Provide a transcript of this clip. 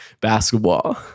basketball